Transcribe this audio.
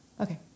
Okay